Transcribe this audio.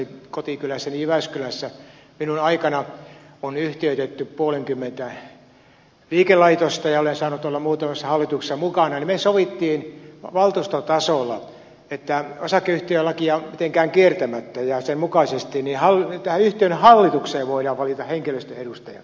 kun kotikylässäni jyväskylässä minun aikanani on yhtiöitetty puolenkymmentä liikelaitosta ja olen saanut olla muutamassa hallituksessa mukana niin me sovimme valtuuston tasolla että osakeyhtiölakia mitenkään kiertämättä ja sen mukaisesti tähän yhtiön hallitukseen voidaan valita henkilöstön edustaja